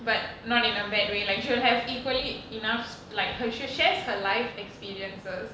but not in a bad way like she'll have equally enough like her she shares her life experiences